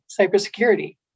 cybersecurity